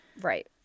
Right